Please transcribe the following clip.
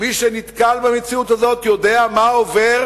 ומי שנתקל במציאות הזאת יודע מה עובר